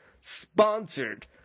Sponsored